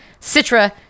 citra